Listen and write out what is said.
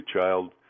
Child